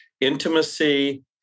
intimacy